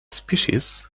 species